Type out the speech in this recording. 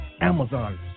Amazon